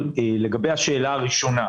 לגבי השאלה הראשונה,